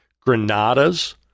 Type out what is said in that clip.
Granada's